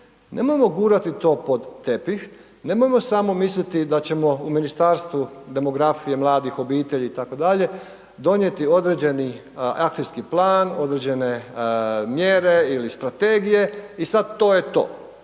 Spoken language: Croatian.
Nemojmo gurati to pod tepih, nemojmo samo misliti da ćemo u Ministarstvu demografije, mladi, obitelji itd., donijeti određeni akcijski plan, određene mjere ili strategije i sad to je to.